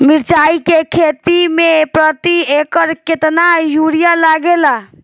मिरचाई के खेती मे प्रति एकड़ केतना यूरिया लागे ला?